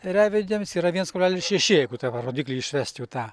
ėriavedėms yra vienas kablelis šeši jeigu dabar rodiklį išvest jų tą